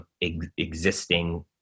existing